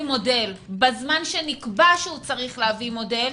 מודל בזמן שנקבע שהוא צריך להביא מודל,